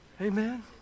Amen